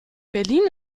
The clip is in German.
berlin